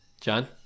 John